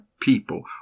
people